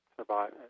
survive